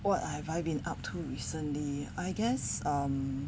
what have I been up to recently I guess um